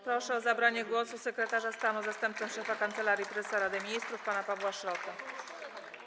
Proszę o zabranie głosu sekretarza stanu, zastępcę szefa Kancelarii Prezesa Rady Ministrów pana Pawła Szrota.